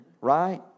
right